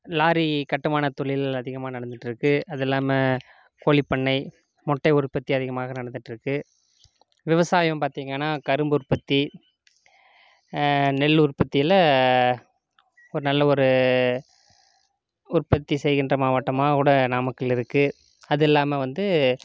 lorry கட்டுமான தொழில் அதிகமாக நடந்துட்டிருக்கு அது இல்லாமல் கோழிப்பண்ணை முட்டை உற்பத்தி அதிகமாக நடந்துட்டிருக்கு விவசாயம் பார்த்திங்கன்னா கரும்பு உற்பத்தி நெல் உற்பத்தியில் ஒரு நல்ல ஒரு உற்பத்தி செய்கின்ற மாவட்டமாக கூட நாமக்கல் இருக்குது அது இல்லாமல் வந்து